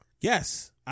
Yes